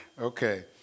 Okay